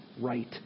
right